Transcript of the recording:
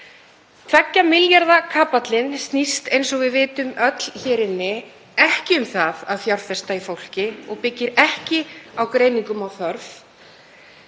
2 milljarða kapallinn snýst, eins og við vitum öll hér inni, ekki um að fjárfesta í fólki og byggir ekki á greiningum á þörf